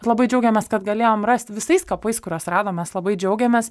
labai džiaugiamės kad galėjom rasti visais kapais kuriuos radome labai džiaugiamės